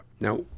Now